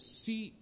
see